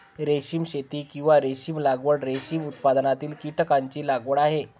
रेशीम शेती, किंवा रेशीम लागवड, रेशीम उत्पादनातील कीटकांची लागवड आहे